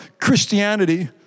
Christianity